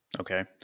Okay